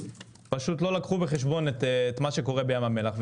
לא לקחו בחשבון את מה שקורה בים המלח.